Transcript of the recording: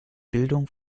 bildung